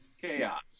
Chaos